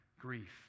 grief